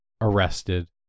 arrested